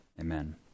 Amen